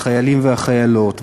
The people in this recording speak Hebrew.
החיילים והחיילות,